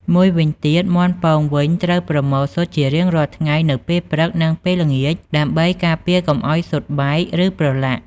មួយវិញទៀត មាន់ពងវិញ ត្រូវប្រមូលស៊ុតជារៀងរាល់ថ្ងៃនៅពេលព្រឹក និងពេលល្ងាច ដើម្បីការពារកុំឲ្យស៊ុតបែក ឬប្រឡាក់។